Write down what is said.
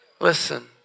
Listen